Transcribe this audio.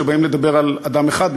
כשבאים לדבר על אדם אחד,